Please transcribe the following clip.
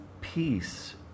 peace